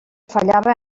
fallava